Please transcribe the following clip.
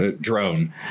drone